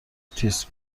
تیز